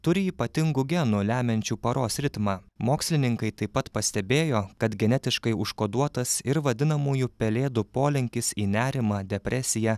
turi ypatingų genų lemiančių paros ritmą mokslininkai taip pat pastebėjo kad genetiškai užkoduotas ir vadinamųjų pelėdų polinkis į nerimą depresiją